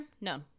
no